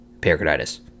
pericarditis